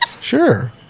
Sure